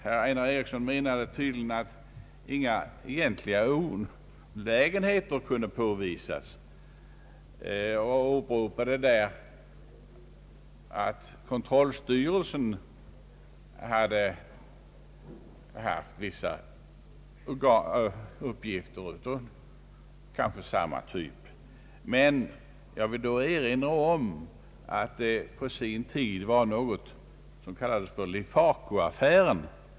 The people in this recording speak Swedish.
Herr Einar Eriksson menade tydligen att inga egentliga olägenheter kunde påvisas och åberopade att kontrollstyrelsen hade haft vissa uppgifter av ungefär samma typ. Men jag vill då erinra om att man på sin tid hade något som kallades Lifaco-affären.